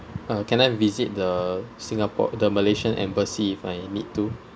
uh can I visit the singapore the malaysian embassy if I need to